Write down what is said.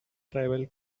tribal